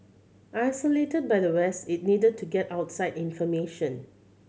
isolated by the west it needed to get outside information